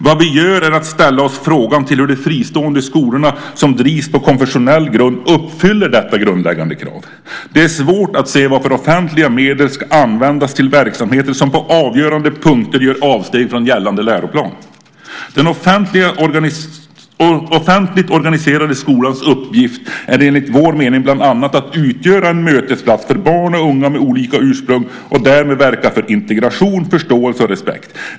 Det vi gör är att ställa oss frågan hur de fristående skolorna som drivs på konfessionell grund uppfyller detta grundläggande krav. Det är svårt att se varför offentliga medel ska användas till verksamheter som på avgörande punkter gör avsteg från gällande läroplan. Den offentligt organiserade skolans uppgift är enligt vår mening bland annat att utgöra en mötesplats för barn och unga med olika ursprung och därmed verka för integration, förståelse och respekt.